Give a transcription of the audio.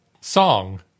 song